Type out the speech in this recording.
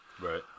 Right